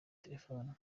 telephone